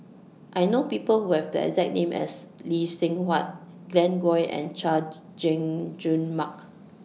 I know People Who Have The exact name as Lee Seng Huat Glen Goei and Chay Jung Jun Mark